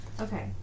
Okay